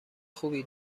خوبی